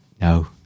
no